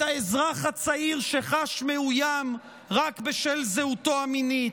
את האזרח הצעיר שחש מאוים רק בשל זהותו המינית,